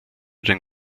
den